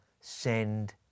send